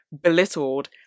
belittled